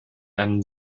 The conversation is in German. einen